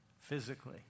physically